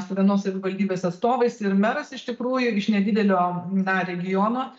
su vienos savivaldybės atstovais ir meras iš tikrųjų iš nedidelio na regiono